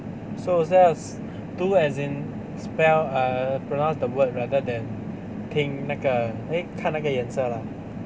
so 我是要读 as in spell uh pronounced the word rather than 听那个 eh 看那个颜色啦